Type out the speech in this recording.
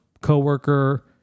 coworker